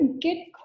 good